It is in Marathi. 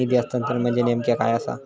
निधी हस्तांतरण म्हणजे नेमक्या काय आसा?